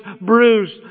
bruised